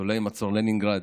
ניצולי מצור לנינגרד,